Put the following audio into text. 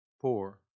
poor